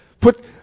Put